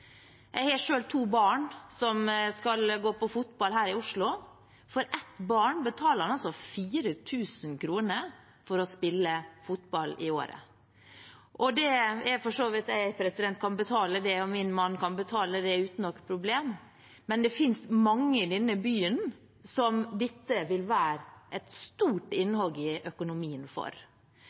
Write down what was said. Jeg har selv to barn som skal gå på fotball her i Oslo. For ett barn betaler en altså 4 000 kr i året for å spille fotball. Det kan for så vidt jeg og min mann betale uten noe problem, men det finnes mange i denne byen som dette vil være et stort innhogg i økonomien for.